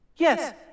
Yes